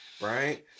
right